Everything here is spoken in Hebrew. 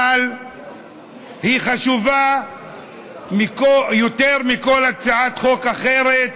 אבל היא חשובה יותר מכל הצעת חוק אחרת,